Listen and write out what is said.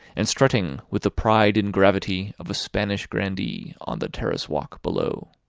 and strutting with the pride and gravity of a spanish grandee on the terrace-walk below.